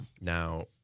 Now